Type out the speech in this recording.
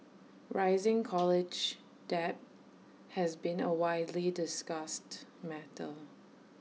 rising college debt has been A widely discussed matter